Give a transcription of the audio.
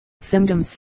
Symptoms